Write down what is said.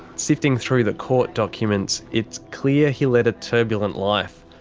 sifting through the court documents, it's clear he led a turbulent life.